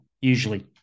usually